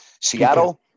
Seattle